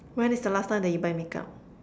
when is the last time that you buy make-up